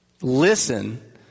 Listen